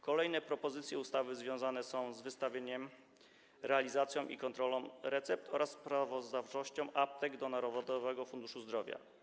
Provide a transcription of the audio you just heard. Kolejne propozycje ustawy związane są z wystawianiem, realizacją i kontrolą recept oraz sprawozdawczością aptek do Narodowego Funduszu Zdrowia.